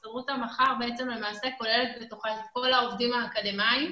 הסתדרות המח"ר כוללת בתוכה את כל העובדים האקדמאיים